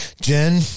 Jen